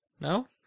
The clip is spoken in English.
No